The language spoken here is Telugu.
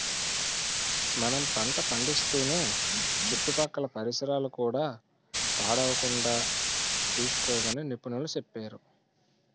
మనం పంట పండిస్తూనే చుట్టుపక్కల పరిసరాలు కూడా పాడవకుండా సూసుకోమని నిపుణులు సెప్పేరు